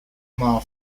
mile